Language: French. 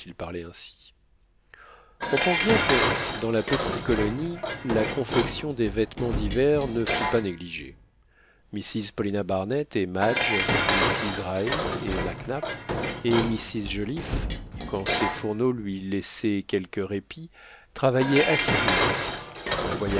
parlait ainsi on pense bien que dans la petite colonie la confection des vêtements d'hiver ne fut pas négligée mrs paulina barnett et madge mrs raë et mac nap et mrs joliffe quand ses fourneaux lui laissaient quelque répit travaillaient assidûment la